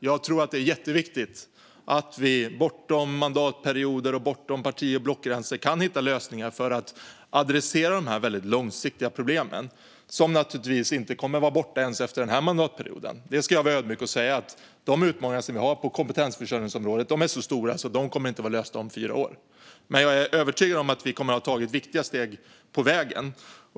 Jag tror att det är jätteviktigt att vi bortom mandatperioder och bortom parti och blockgränser kan hitta lösningar för att adressera de långsiktiga problemen, som naturligtvis inte kommer att vara borta ens efter denna mandatperiod. Jag ska vara ödmjuk och säga att de utmaningar vi har på kompetensförsörjningsområdet är så stora att de inte kommer att vara lösta om fyra år, men jag är övertygad om att vi kommer att ha tagit viktiga steg på vägen.